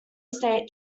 state